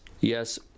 yes